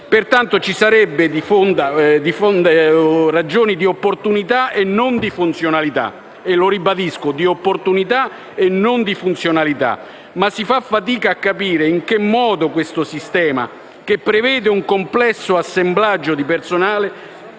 Lo ribadisco: di opportunità e non di funzionalità. Ma si fa fatica a capire in che modo questo sistema, che prevede un complesso assemblaggio di personale,